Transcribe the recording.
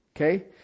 Okay